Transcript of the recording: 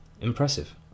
impressive